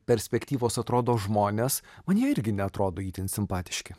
perspektyvos atrodo žmonės man jie irgi neatrodo itin simpatiški